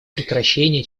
прекращения